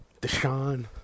Deshaun